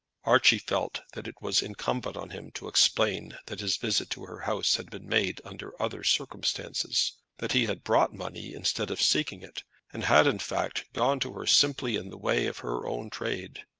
archie felt that it was incumbent on him to explain that his visit to her house had been made under other circumstances that he had brought money instead of seeking it and had, in fact, gone to her simply in the way of her own trade.